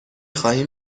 خواهیم